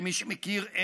למי שמכיר,